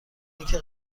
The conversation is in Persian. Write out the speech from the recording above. اینکه